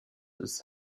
des